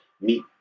meet